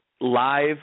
live